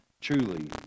Truly